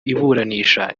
iburanisha